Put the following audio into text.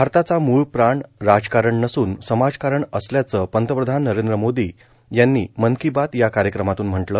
भारताचा मूळ प्राण राजकारण नसून समाजकारण असल्याचं पंतप्रधान नरद्र मोर्दा यांनी मन को बात या कायक्रमातून म्हटलं